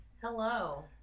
Hello